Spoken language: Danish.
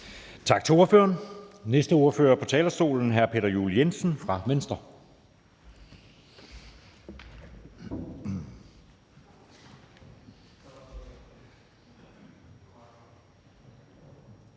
Tak til ordføreren. Næste ordfører på talerstolen er hr. Peter Juel-Jensen fra Venstre.